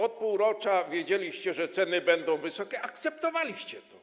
Od półrocza wiedzieliście, że ceny będą wysokie, akceptowaliście to.